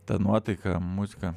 ta nuotaika muzika